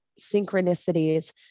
synchronicities